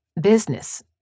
business